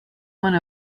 one